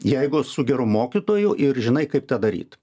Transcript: jeigu su geru mokytoju ir žinai kaip tą daryt